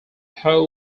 how